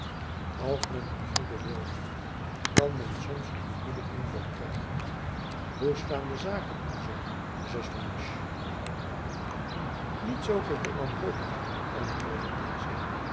als men een goeden wil heeft kan men soms een goeden inval krijgen hoe staan de zaken al zoo zuster musch niet zoo geheel wanhopig antwoordde deze